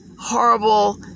horrible